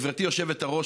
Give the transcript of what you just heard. גברתי היושבת-ראש,